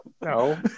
No